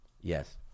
Yes